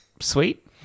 sweet